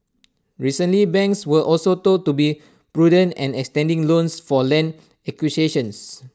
recently banks were also told to be prudent and extending loans for land acquisitions